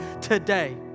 today